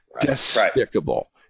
despicable